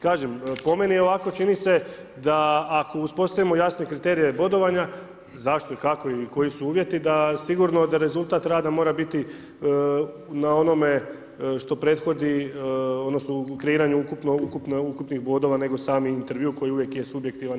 Kažem, po meni je ovako čini se da ako uspostavimo jasne kriterije bodovanja, zašto i kako i koji su uvjeti da sigurno da rezultat rada mora biti na onome što prethodi odnosno u kreiranju ukupnih bodova nego sami intervju koji je uvijek subjektivan i